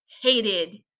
hated